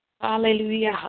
Hallelujah